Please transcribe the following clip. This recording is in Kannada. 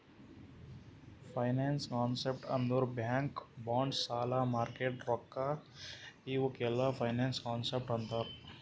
ಫೈನಾನ್ಸ್ ಕಾನ್ಸೆಪ್ಟ್ ಅಂದುರ್ ಬ್ಯಾಂಕ್ ಬಾಂಡ್ಸ್ ಸಾಲ ಮಾರ್ಕೆಟ್ ರೊಕ್ಕಾ ಇವುಕ್ ಎಲ್ಲಾ ಫೈನಾನ್ಸ್ ಕಾನ್ಸೆಪ್ಟ್ ಅಂತಾರ್